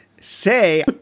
say